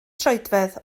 troedfedd